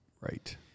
Right